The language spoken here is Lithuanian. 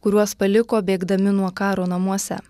kuriuos paliko bėgdami nuo karo namuose